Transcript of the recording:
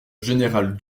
général